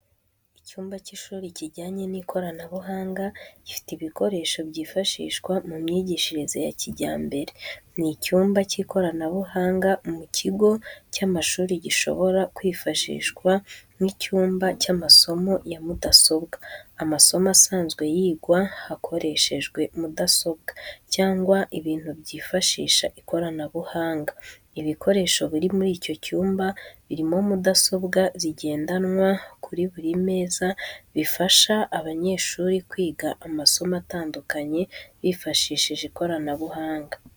Icyumba cy’ishuri kijyanye n’ikoranabuhanga gifite ibikoresho byifashishwa mu myigishirize ya kijyambere. Ni icyumba cy’ikoranabuhanga mu kigo cy’amashuri gishobora kwifashishwa nk’icyumba cy’amasomo ya mudasobwa, amasomo asanzwe yigwa hakoreshejwe mudasobwa, cyangwa ibindi byifashisha ikoranabuhanga. Ibikoresho biri muri icyo cyumba birimo mudasobwa zigendanwa kuri buri meza bifasha abanyeshuri kwiga amasomo atandukanye bifashishije ikoranabuhanga.